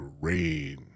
Rain